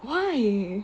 why